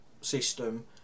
system